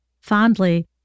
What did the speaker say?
fondly